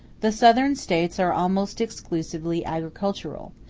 the southern states are almost exclusively agricultural.